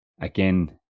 again